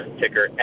ticker